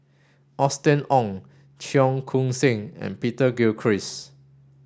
Austen Ong Cheong Koon Seng and Peter Gilchrist